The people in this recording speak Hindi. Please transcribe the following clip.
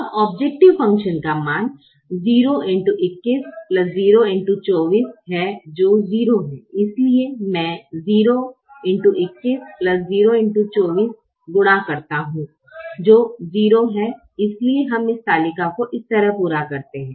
अब औब्जैकटिव फ़ंक्शन का मान है जो 0 है इसलिए मैं गुणा करता हूं जो 0 है इसलिए हम इस तालिका को इस तरह पूरा करते हैं